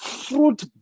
fruit